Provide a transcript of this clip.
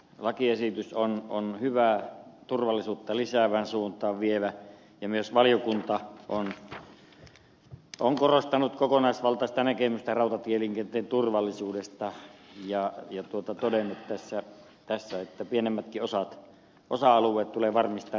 lakiesitys on hyvä turvallisuutta lisäävään suuntaan vievä ja myös valiokunta on korostanut kokonaisvaltaista näkemystä rautatieliikenteen turvallisuudesta ja todennut tässä että pienemmätkin osa alueet tulee varmistaa riittävän hyvin